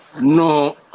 No